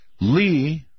Lee